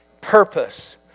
purpose